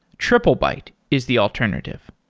triplebyte is the alternative.